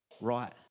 right